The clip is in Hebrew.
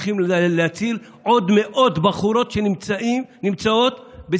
סליחה על הביטוי, בוקס בפרצוף ובוקס